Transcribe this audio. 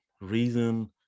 reason